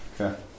okay